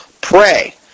Pray